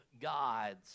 gods